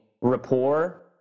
rapport